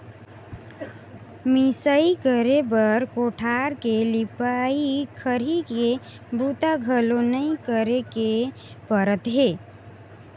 मिंसई करे बर कोठार के लिपई, खरही के बूता घलो नइ करे के परत हे